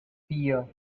vier